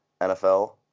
NFL